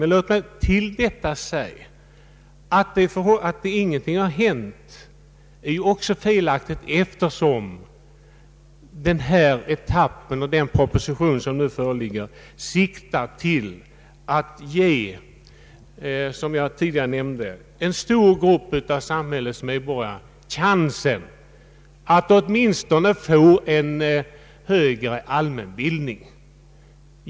Men låt mig dessutom säga att påståendet om att ingenting hänt är felaktigt, eftersom förslaget i den föreliggande propositionen siktar till att ge en stor grupp av samhällsmedborgare chansen att åtminstone få en högre allmänbildning.